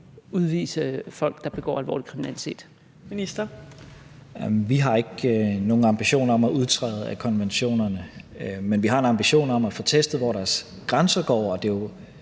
og integrationsministeren (Mattias Tesfaye): Vi har ikke nogen ambitioner om at udtræde af konventionerne, men vi har en ambition om at få testet, hvor deres grænser går. Og det er jo